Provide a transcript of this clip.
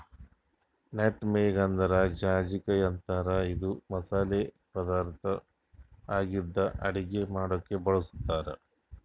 nutmeg ಅಂದ್ರ ಜಾಯಿಕಾಯಿ ಅಂತಾರ್ ಇದು ಮಸಾಲಿ ಪದಾರ್ಥ್ ಆಗಿದ್ದ್ ಅಡಗಿ ಮಾಡಕ್ಕ್ ಬಳಸ್ತಾರ್